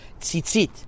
tzitzit